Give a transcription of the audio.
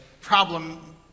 problem